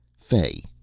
fay,